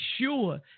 sure